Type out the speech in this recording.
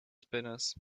spinners